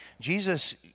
Jesus